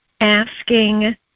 asking